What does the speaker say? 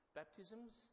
baptisms